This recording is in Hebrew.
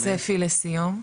לגבי --- צפי לסיום?